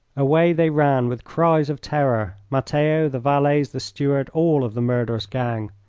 away they ran with cries of terror matteo, the valets, the steward, all of the murderous gang.